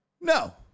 No